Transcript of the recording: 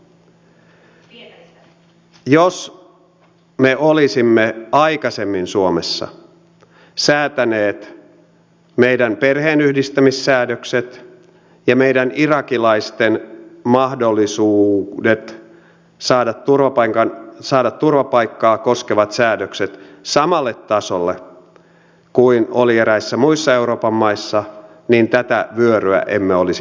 jos me olisimme aikaisemmin suomessa säätäneet meidän perheenyhdistämissäädökset ja meidän irakilaisten turvapaikansaantimahdollisuutta koskevat säädökset samalle tasolle kuin ne olivat eräissä muissa euroopan maissa niin tätä vyöryä emme olisi nähneet